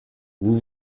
vous